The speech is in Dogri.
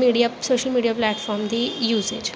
मीडिया सोशल मीडिया प्लैटफार्म दे यूज़िज